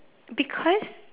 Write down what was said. because